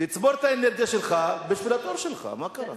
תצבור את האנרגיה שלך בשביל התור שלך, מה קרה?